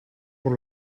por